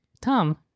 Tom